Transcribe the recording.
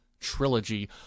trilogy